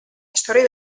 història